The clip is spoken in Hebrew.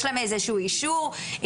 יש להם איזשהו אישור?